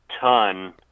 ton